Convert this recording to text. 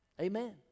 Amen